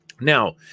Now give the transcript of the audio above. Now